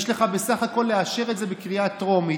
יש לך בסך הכול לאשר את זה בקריאה טרומית,